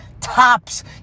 tops